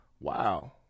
wow